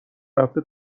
رفته